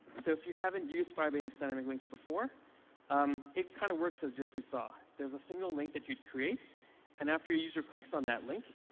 so if you haven't used firebase dynamic links before um it kind of works as just we saw. there is a single link that you create and after a user clicks on that link,